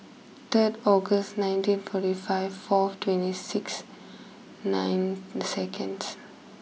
third August nineteen forty five four twenty six nine seconds